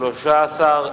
(תנאי זכאות לרשיון), התש"ע 2010,